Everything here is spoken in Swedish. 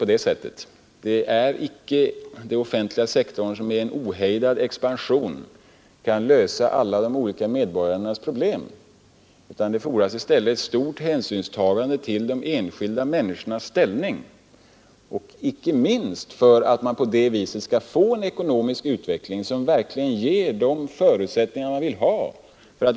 Om man i stället går den väg som herr Palme häromdagen antydde i riksdagen och anställer allt flera byråkrater, ja, då behövs det ännu högre skatter som förvärrar de enskilda människornas ekonomi, och därmed skapar man problem som det behövs ännu flera personer i den offentliga förvaltningen att försöka klara upp, osv.